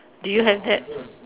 do you have that